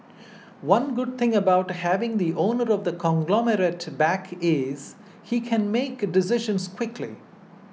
one good thing about having the owner of the conglomerate back is he can make decisions quickly